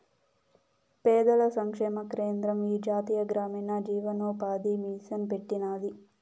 పేదల సంక్షేమ కేంద్రం ఈ జాతీయ గ్రామీణ జీవనోపాది మిసన్ పెట్టినాది